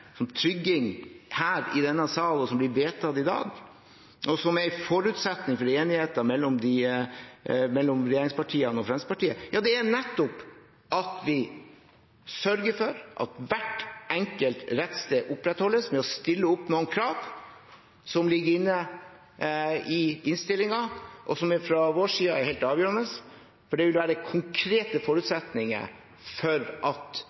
som vi har klart å få til, som trygging, her i denne salen, og som blir vedtatt i dag, og som er en forutsetning for enigheten mellom regjeringspartiene og Fremskrittspartiet, er nettopp at vi sørger for at hvert enkelt rettssted opprettholdes, ved å stille noen krav, som ligger inne i innstillingen. De er fra vår side helt avgjørende, for det vil være konkrete forutsetninger for at